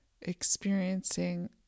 Experiencing